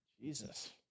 Jesus